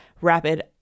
rapid